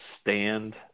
stand